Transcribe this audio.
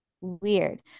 weird